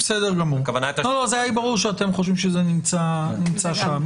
היה ברור לי שאתם חושבים שזה נמצא שם.